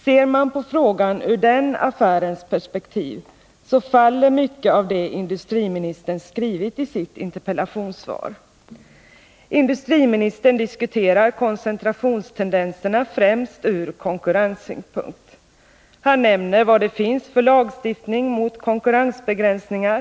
Ser man på frågan i den affärens perspektiv, så finner man att mycket faller av det som industriministern skrivit i sitt interpellationssvar. Industriministern diskuterar koncentrationstendenserna främst ur konkurrenssynpunkt. Han nämner vilken lagstiftning som finns mot konkurrensbegränsningar.